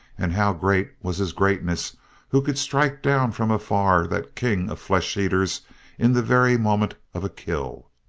and how great was his greatness who could strike down from afar that king of flesh-eaters in the very moment of a kill!